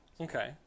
okay